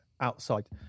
outside